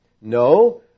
No